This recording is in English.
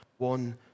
one